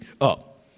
up